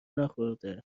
نخورده